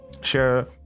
share